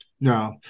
No